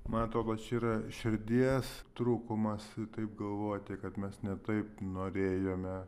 man atrodo čia yra širdies trūkumas taip galvoti kad mes ne taip norėjome